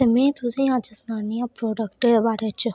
ते में तुसें ई अज्ज सनान्नी आं प्राडक्ट दे बारे च